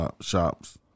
shops